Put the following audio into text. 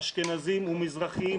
אשכנזים ומזרחיים,